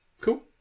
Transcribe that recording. Cool